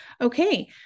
Okay